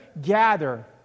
gather